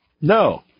No